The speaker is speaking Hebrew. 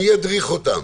מי ידריך אותם,